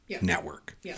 network